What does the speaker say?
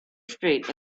street